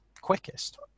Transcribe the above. quickest